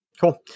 Cool